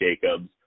Jacobs